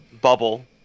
bubble